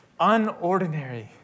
unordinary